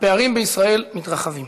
הפערים בישראל מתרחבים.